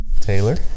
Taylor